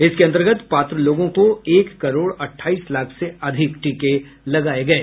इसके अंतर्गत पात्र लोगों को एक करोड़ अठाईस लाख से अधिक टीके लगाये गये